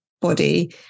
body